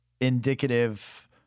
indicative